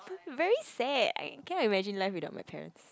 very sad I can't imagine my life without my parents